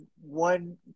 one